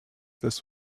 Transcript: this